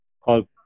called